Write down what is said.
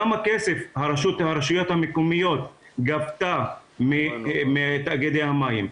כמה כסף הרשויות המקומיות גבו מתאגידי המים?